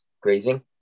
grazing